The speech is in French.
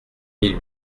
mille